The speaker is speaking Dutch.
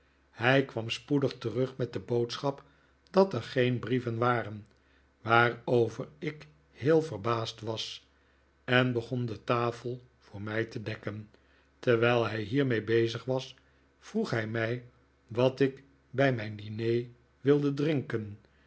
hij kwam spoedig terug met de boodschap dat er geen brieven waren waarover ik heel verbaasd was en begon de tafel voor mij te dekken terwijl hij hiermee bezig was vroeg hij mij wat ik bij mijn diner wilde drinken